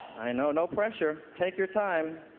i know. no pressure. take your time.